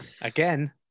Again